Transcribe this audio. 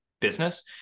business